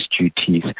Duties